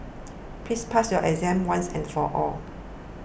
please pass your exam once and for all